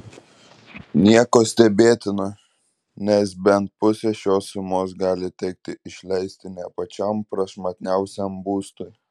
nieko stebėtino nes bent pusę šios sumos gali tekti išleisti ne pačiam prašmatniausiam būstui